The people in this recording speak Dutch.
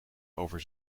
over